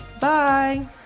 Bye